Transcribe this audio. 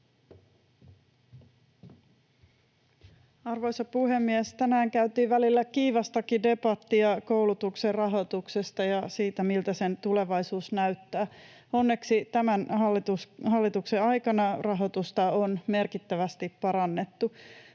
Arvoisa puhemies! Tänään käytiin välillä kiivastakin debattia koulutuksen rahoituksesta ja siitä, miltä sen tulevaisuus näyttää. Onneksi tämän hallituksen aikana rahoitusta on merkittävästi parannettu.